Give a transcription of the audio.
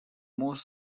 most